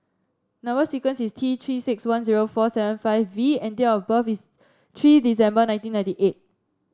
number sequence is T Three six one zero four seven five V and date of birth is three December nineteen ninety eight